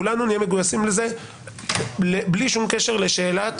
כולנו נהיה מגויסים לזה בלי שום קשר לשאלת